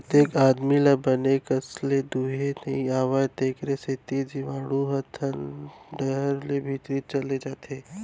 कतेक आदमी ल बने कस ले दुहे नइ आवय तेकरे सेती जीवाणु ह थन डहर ले भीतरी चल देथे